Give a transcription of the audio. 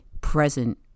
present